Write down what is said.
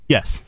Yes